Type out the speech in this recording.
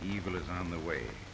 evil is on the way